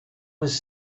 was